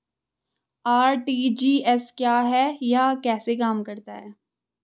RTGS क्या है यह कैसे काम करता है?